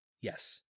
Yes